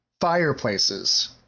fireplaces